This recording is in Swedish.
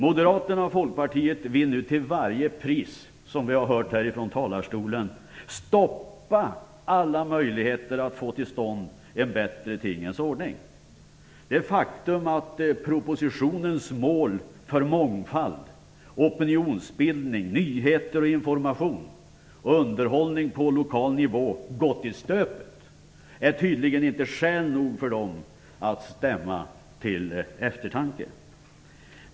Moderaterna och Folkpartiet vill nu som vi har hört sägas från talarstolen till varje pris stoppa alla möjligheter att få till stånd en bättre tingens ordning. Det faktum att propositionens mål om mångfald, opinionsbildning, nyheter, information och underhållning på lokal nivå har gått i stöpet är tydligen inte skäl nog för att stämma dem till eftertanke. Fru talman!